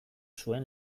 zuen